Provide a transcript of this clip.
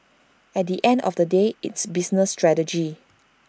at the end of the day it's business strategy